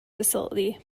facility